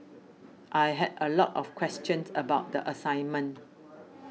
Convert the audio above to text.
I had a lot of questions about the assignment